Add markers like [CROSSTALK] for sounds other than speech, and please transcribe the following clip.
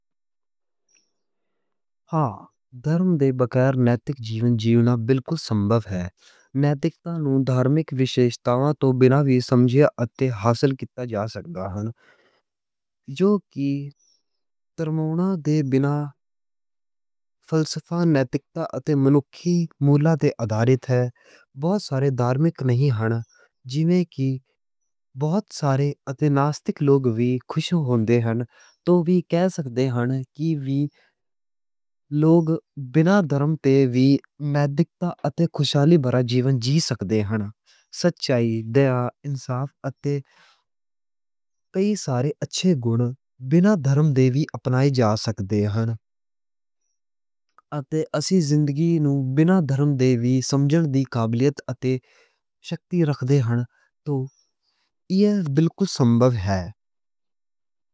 اگر دھرم دے بِنا نیتک جیون جِیؤنا بالکل سمبھو ہے۔ نیتکتا نوں دھارمی وِشیشتا توں بِنا وی سمجھئے تے۔ در اصل کِتا جا سکدا ہے۔ [HESITATION] جو کہ دھرمّاں دے بِنا فلسفہ، نیتکتا اتے منکھی مولیات تے آدھارت ہے۔ بہت سارے دھارمِک نہیں ہن، جیویں کہ بہت سارے اتے ناستک لوک وی خوش ہوندے ہن۔ تُسی وی کہہ سکدے ہن کہ کُجھ لوک [HESITATION] بِنا دھرم دے وی مَیں دیکھتا اتے خوشحالی بھرا جیون جی سکدے ہن۔ سچائی تے انصاف اتے [HESITATION] کہ سارے اچھّے گُن بِنا دھرم دے وی اپنا سکدے ہن۔ اتے اسی زندگی نوں بِنا دھرم دے وی سمجھنے دی قابل۔ اتے سکتّی رکھدے ہن، تے ایہ بالکل سمبھو ہے۔